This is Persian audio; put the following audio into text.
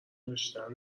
داشتن